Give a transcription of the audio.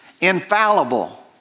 infallible